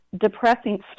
depressing